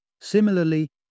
Similarly